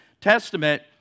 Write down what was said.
Testament